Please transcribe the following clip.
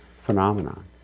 phenomenon